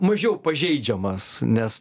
mažiau pažeidžiamas nes